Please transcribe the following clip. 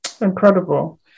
Incredible